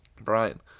Brian